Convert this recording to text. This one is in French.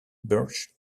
birch